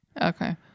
Okay